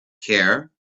care